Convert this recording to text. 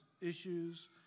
issues